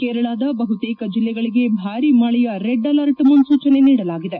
ಕೇರಳದ ಬಹುತೇಕ ಜಿಲ್ಲೆಗಳಿಗೆ ಭಾರೀ ಮಳೆಯ ರೆಡ್ ಅಲರ್ಟ್ ಮುನ್ನೂಚನೆ ನೀಡಲಾಗಿದೆ